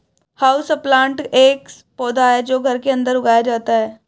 houseplant एक पौधा है जो घर के अंदर उगाया जाता है